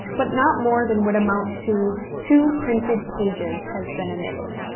but not more than would amount to two printed pages has been omitted.